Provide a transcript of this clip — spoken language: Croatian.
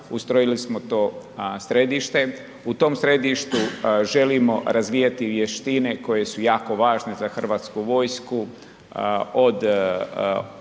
ustrojili smo to središte. U tom središtu želim razvijati vještine koje su jako važne za Hrvatsku vojsku